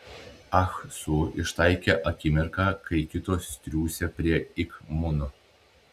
ah su ištaikė akimirką kai kitos triūsė prie ik muno